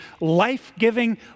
life-giving